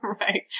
Right